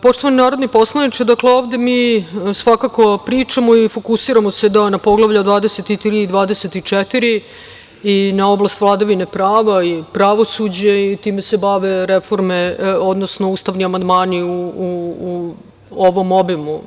Poštovani narodni poslaniče, dakle, ovde mi svakako pričamo i fokusiramo se na Poglavlja 23 i 24 i na oblast vladavine prava i pravosuđa i time se bave ustavni amandmani u ovom obimu.